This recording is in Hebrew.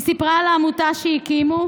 היא סיפרה על העמותה שהקימו,